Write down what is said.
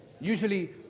Usually